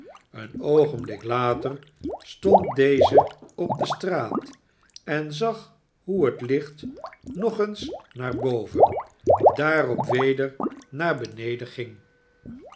een oogenblik later stond deze op de straat en zag hoe het licht nog eens naar boven daarop weder naar beneden ging